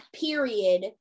period